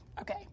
Okay